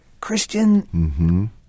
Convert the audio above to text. Christian